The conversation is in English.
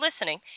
listening